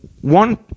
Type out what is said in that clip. one